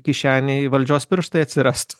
kišenėj valdžios pirštai atsirastų